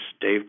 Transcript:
Dave